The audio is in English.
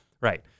Right